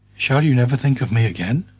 shall you never think of me again?